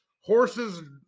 horses